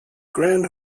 grand